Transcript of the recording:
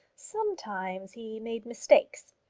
sometimes he made mistakes.